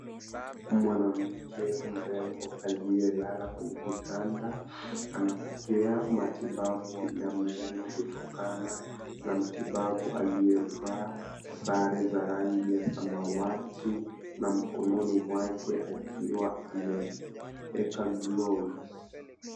Mwanamke mrembo aliyelala kwenye kitanda, anapokea matibabu ya meno kutokana na mtibabu aliyevaa sare za rangi ya samawati, na mkononi mwake akiwa ameweka gloves .